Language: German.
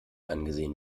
angesehen